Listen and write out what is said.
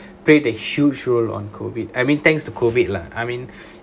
played a huge role on COVID I mean thanks to COVID lah I mean